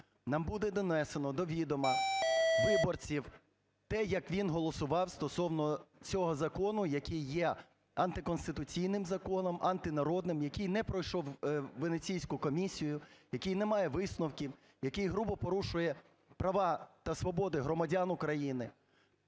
нам буде донесено до відома, виборців, те, як він голосував стосовно цього закону, який є антиконституційним законом, антинародним, який не пройшов Венеціанську комісію, який не має висновків, який грубо порушує права та свободи громадян України,